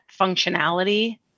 functionality